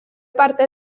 parte